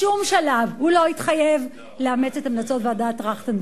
בשום שלב הוא לא התחייב לאמץ את המלצות ועדת-טרכטנברג.